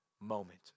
moment